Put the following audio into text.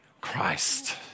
Christ